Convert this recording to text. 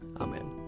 Amen